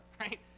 right